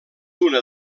una